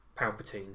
Palpatine